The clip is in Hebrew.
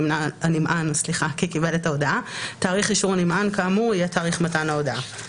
פקסימיליה" יבוא "או אישור הנמען כי קיבל את ההודעה לדואר האלקטרוני שמסר".